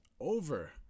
over